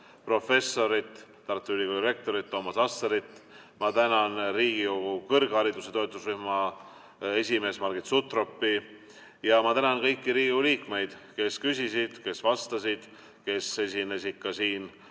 professorit, Tartu Ülikooli rektorit Toomas Asserit. Ma tänan Riigikogu kõrghariduse toetusrühma esimeest Margit Sutropit ja ma tänan kõiki Riigikogu liikmeid, kes küsisid, kes vastasid, kes esinesid oma